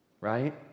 right